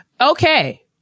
okay